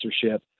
Censorship